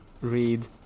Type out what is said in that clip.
read